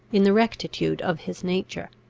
in the rectitude of his nature.